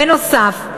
בנוסף,